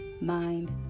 mind